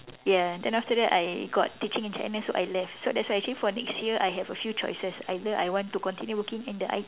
ya then after that I got teaching in Chinese so I left so that's why next year I have a few choices either I want to continue working in the I